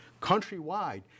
countrywide